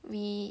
we